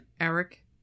Eric